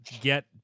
get